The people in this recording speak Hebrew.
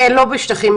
אז התקציב שחסר הוא למה?